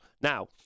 Now